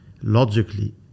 logically